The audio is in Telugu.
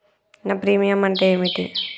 నా ప్రీమియం అంటే ఏమిటి?